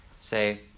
say